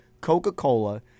Coca-Cola